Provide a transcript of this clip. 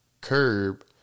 curb